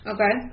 Okay